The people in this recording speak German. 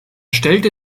stellte